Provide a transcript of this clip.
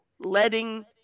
letting